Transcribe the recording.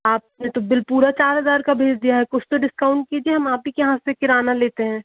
आपने तो बिल पूरा चार हज़ार का भेज दिया है कुछ तो डिस्काउंट कीजिए हम आप ही के यहाँ से किराना लेते हैं